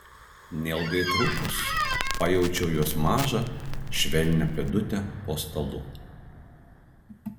neilgai trukus pajaučiu jos mažą švelnią pėdutę po stalu